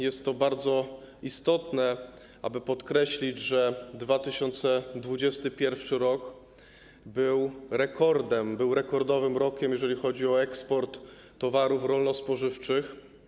Jest to bardzo istotne, aby podkreślić, że 2021 r. był rekordem, rekordowym rokiem, jeżeli chodzi o eksport towarów rolno-spożywczych.